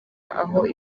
aho